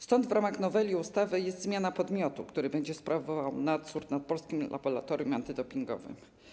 Stąd w ramach noweli ustawy jest zmiana podmiotu, który będzie sprawował nadzór nad Polskim Laboratorium Antydopingowym.